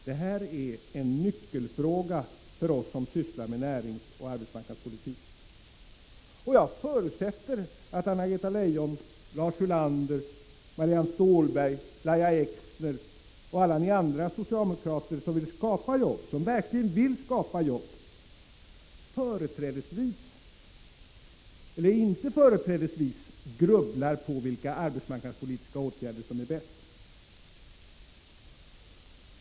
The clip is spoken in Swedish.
Det här är en nyckelfråga för oss som sysslar med näringsoch arbetsmarknadspolitik. Jag förutsätter att Anna-Greta Leijon, Lars Ulander, Marianne Stålberg, Lahja Exner och alla ni andra socialdemokrater som verkligen vill Prot. 1985/86:55 skapa jobb inte företrädesvis grubblar på vilka arbetsmarknadspolitiska 18 december 1985 åtgärder som är bäst.